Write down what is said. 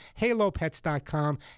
halopets.com